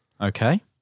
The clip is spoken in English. okay